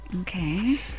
Okay